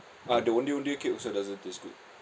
ah the ondeh ondeh cake also doesn't taste good